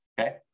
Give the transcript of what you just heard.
Okay